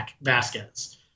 Vasquez